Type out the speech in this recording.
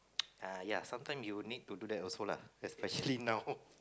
uh ya sometime you need to do that also lah especially now